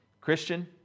Christian